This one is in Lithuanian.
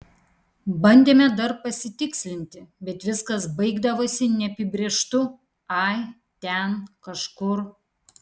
bandėme dar pasitikslinti bet viskas baigdavosi neapibrėžtu ai ten kažkur